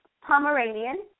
Pomeranian